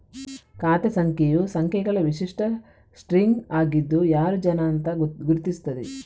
ಖಾತೆ ಸಂಖ್ಯೆಯು ಸಂಖ್ಯೆಗಳ ವಿಶಿಷ್ಟ ಸ್ಟ್ರಿಂಗ್ ಆಗಿದ್ದು ಯಾರು ಜನ ಅಂತ ಗುರುತಿಸ್ತದೆ